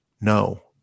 no